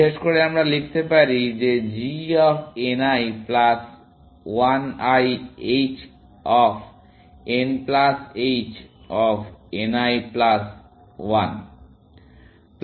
বিশেষ করে আমরা লিখতে পারি যে g of n l plus 1 l h of nপ্লাস h অফ nI প্লাস 1